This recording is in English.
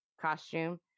costume